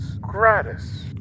gratis